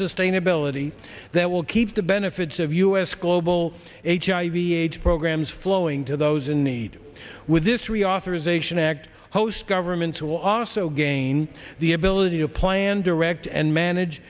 sustainability that will keep the benefits of us global hiv aids programs flowing to those in need with this reauthorization act host governments will also gain the ability to plan direct and manage